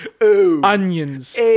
Onions